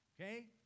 okay